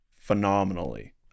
phenomenally